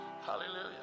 hallelujah